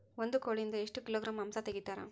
ಒಂದು ಕೋಳಿಯಿಂದ ಎಷ್ಟು ಕಿಲೋಗ್ರಾಂ ಮಾಂಸ ತೆಗಿತಾರ?